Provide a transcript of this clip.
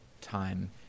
time